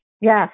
Yes